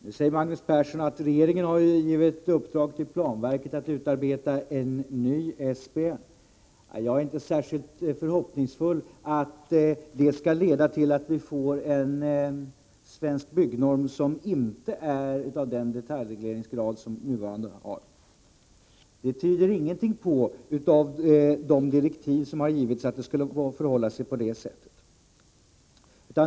Nu säger Magnus Persson att regeringen har givit i uppdrag åt planverket att utarbeta en ny SBN. Jag är inte särskilt förhoppningsfull om att det skall leda till att vi får en Svensk byggnorm som inte är lika detaljreglerande som den vi har nu. Ingenting i de direktiv som har givits tyder på att det skulle förhålla sig på det sättet.